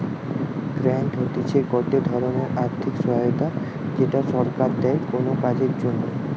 grant হতিছে গটে ধরণের আর্থিক সহায়তা যেটা সরকার দেয় কোনো কাজের জন্যে